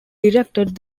directed